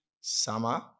summer